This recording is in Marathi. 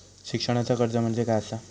शिक्षणाचा कर्ज म्हणजे काय असा?